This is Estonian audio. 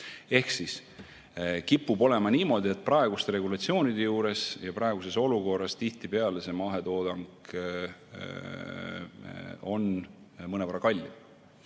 Ehk kipub olema niimoodi, et praeguste regulatsioonide juures ja praeguses olukorras tihtipeale see mahetoodang on mõnevõrra kallim